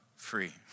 free